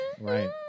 Right